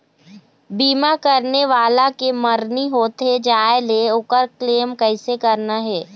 बीमा करने वाला के मरनी होथे जाय ले, ओकर क्लेम कैसे करना हे?